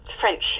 French